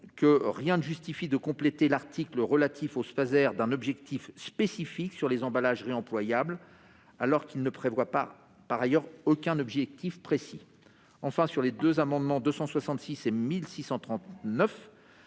outre, rien ne justifie de compléter l'article relatif aux Spaser d'un objectif spécifique sur les emballages réemployables, alors qu'il ne prévoit par ailleurs aucun objectif précis. Enfin, la commission émet un